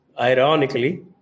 ironically